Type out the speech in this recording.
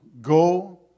go